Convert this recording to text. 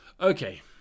Okay